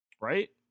Right